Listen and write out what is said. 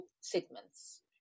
segments